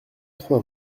trois